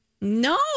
No